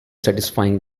satisfying